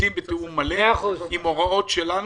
ועובדים בתיאום מלא עם הוראות שלנו,